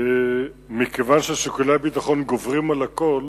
מכיוון ששיקולי הביטחון גוברים על הכול,